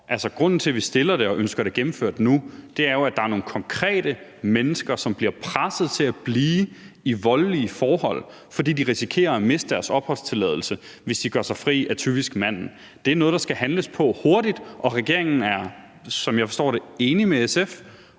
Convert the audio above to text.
grunden til, at vi fremsætter det og ønsker det gennemført nu, er jo, at der er nogle konkrete mennesker, som bliver presset til at blive i voldelige forhold, fordi de risikerer at miste deres opholdstilladelse, hvis de gør sig fri af typisk manden. Det er noget, der skal handles på hurtigt, og regeringen er, som jeg forstår det, enig med SF